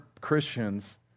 Christians